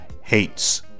hates